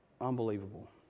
unbelievable